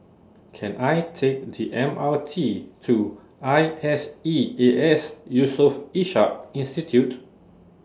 Can I Take The M R T to I S E A S Yusof Ishak Institute